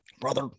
Brother